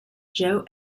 joe